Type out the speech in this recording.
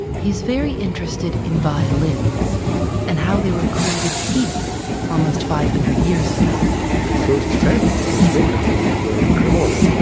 he's very interested in violins and how they were created here almost five hundred years ago the first family, the first makers were in cremona.